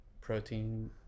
protein